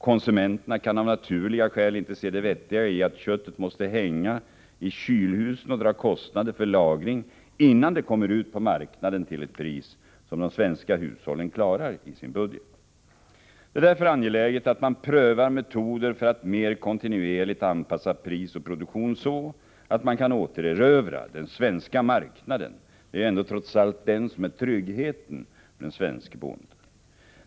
Konsumenterna kan av naturliga skäl inte se det vettiga i att köttet måste hänga i kylhusen och dra kostnader för lagring innan det kommer ut på marknaden till ett pris som de svenska hushållen klarar i sin budget. Det är därför angeläget att man prövar metoder för att mer kontinuerligt anpassa pris och produktion så att man kan återerövra den svenska marknaden. Det är trots allt den som är tryggheten för den svenske bonden.